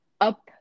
up